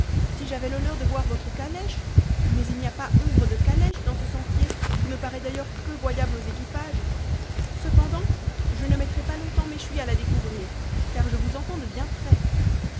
si j'avais l'honneur devoir votre calèche mais il n'y a pas ombre de calèche dans ce sentier qui me parait fleur des p ns d'ailleurs peu voyame aux équipages cependant je ne mettrai pas longtemps meshuy à la découvrir car je vous entends de bien près